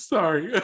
Sorry